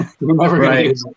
right